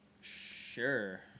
Sure